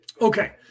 Okay